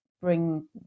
bring